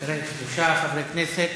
תראה, שלושה חברי כנסת